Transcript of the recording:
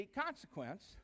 consequence